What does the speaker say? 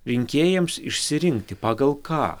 rinkėjams išsirinkti pagal ką